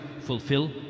fulfill